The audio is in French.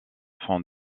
font